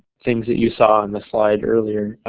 things that you saw on the slide earlier,